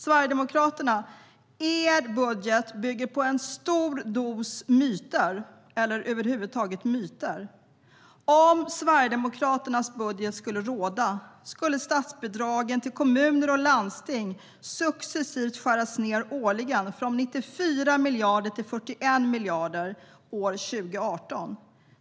Sverigedemokraternas budget bygger på en stor dos myter. Om Sverigedemokraternas budget skulle råda skulle statsbidragen till kommuner och landsting successivt skäras ned årligen från 94 miljarder till 41 miljarder år 2018.